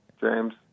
James